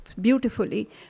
beautifully